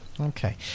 Okay